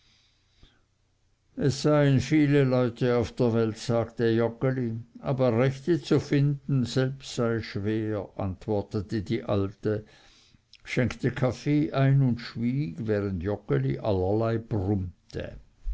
es seien viele leute auf der welt sagte joggeli aber rechte zu finden selb sei schwer antwortete die alte schenkte kaffee ein und schwieg während joggeli allerlei